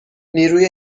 نیروی